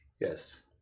Yes